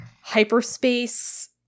hyperspace